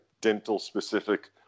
dental-specific